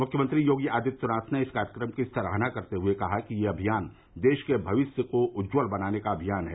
मुख्यमंत्री योगी आदित्यनाथ ने इस कार्यक्रम की सराहना करते हुए कहा कि यह अभियान देश के भविष्य को उज्जवल बनाने का अभियान है